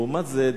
לעומת זה,